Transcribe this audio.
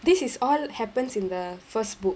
this is all happens in the first book